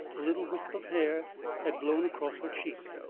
a little wisp of hair had blown across her cheek,